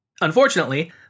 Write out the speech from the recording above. Unfortunately